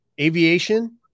aviation